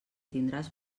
tindràs